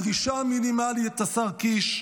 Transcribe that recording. הדרישה המינימלית, השר קיש,